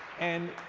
and